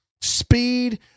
speed